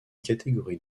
catégorie